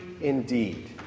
indeed